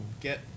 get